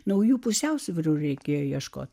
naujų pusiausvyrų reikėjo ieškoti